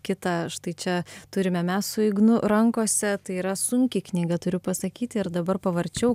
kitą štai čia turime mes su ignu rankose tai yra sunki knyga turiu pasakyti ir dabar pavarčiau